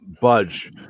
budge